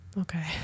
Okay